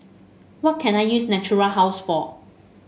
what can I use Natura House for